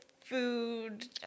food